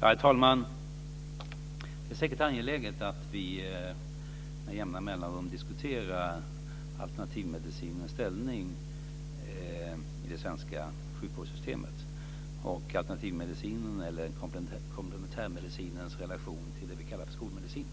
Herr talman! Det är säkert angeläget att vi med jämna mellanrum diskuterar alternativmedicinens ställning i det svenska sjukvårdssystemet och komplementärmedicinens relation till det som vi kallar skolmedicin.